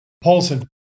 Paulson